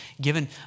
given